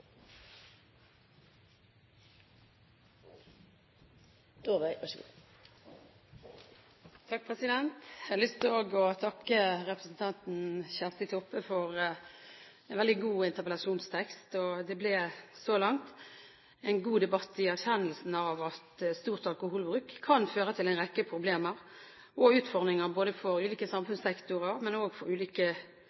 Kjersti Toppe for en veldig god interpellasjonstekst. Det har så langt vært en god debatt, i erkjennelsen av at en stor alkoholbruk kan føre til en rekke problemer og utfordringer både for ulike